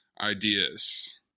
ideas